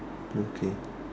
okay